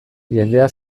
jendea